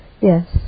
Yes